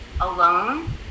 alone